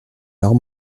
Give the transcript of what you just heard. l’art